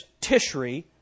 Tishri